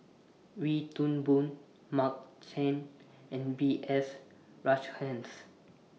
Wee Toon Boon Mark Chan and B S Rajhans